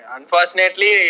Unfortunately